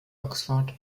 oxford